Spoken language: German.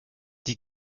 die